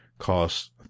Cost